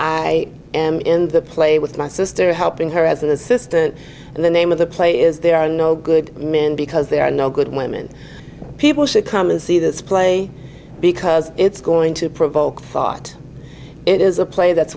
i am in the play with my sister helping her as an assistant and the name of the play is there are no good men because there are no good women people come and see this play because it's going to provoke thought it is a play that